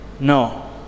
No